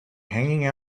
hanging